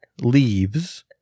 leaves